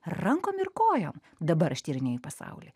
rankom ir kojom dabar aš tyrinėju pasaulį